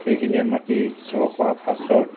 সেইখিনিয়ে মাটি চহ কৰা পাছত